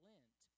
Lent